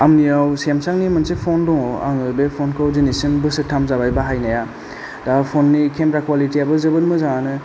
आंनियाव सेमसांनि मोनसे फन दङ आङो बे फनखौ दिनैसिम बोसोरथाम जाबाय बाहायनाया दा फननि खेमेरा कुवालिटि याबो जोबोर मोजाङानो